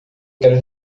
quero